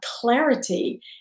clarity